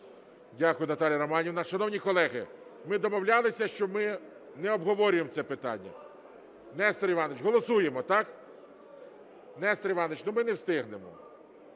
Дякую, Наталія Романівна. Шановні колеги, ми домовлялися, що ми не обговорюємо це питання. Нестор Іванович, голосуємо, так? Нестор Іванович, ми не встигнемо.